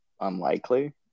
unlikely